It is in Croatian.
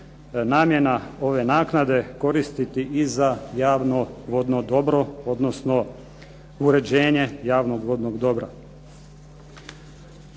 namjena ove naknade koristiti i za javno dobro, odnosno za uređenje javnog vodnog dobra.